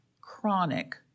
Chronic